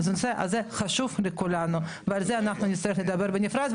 זה נושא חשוב לכולנו ועל זה נצטרך לדבר בנפרד.